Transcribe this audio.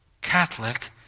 Catholic